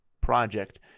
project